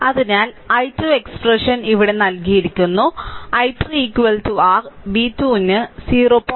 അതിനാൽ i 2 expression ഇവിടെ നൽകിയിരിക്കുന്നു i3 r v2 ന് 0